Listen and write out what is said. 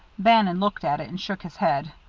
bannon looked at it, and shook his head.